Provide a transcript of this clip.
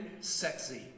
Sexy